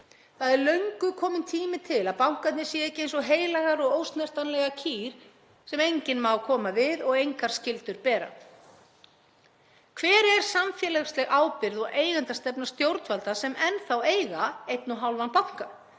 Það er löngu kominn tími til að bankarnir séu ekki eins og heilagar og ósnertanlegar kýr sem enginn má koma við og engar skyldur bera. Hver er samfélagsleg ábyrgð og eigendastefna stjórnvalda sem enn þá eiga einn og hálfan banka?